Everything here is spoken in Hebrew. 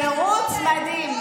תירוץ זמני.